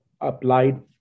applied